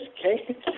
okay